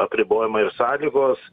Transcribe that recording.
apribojimai ir sąlygos